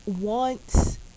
wants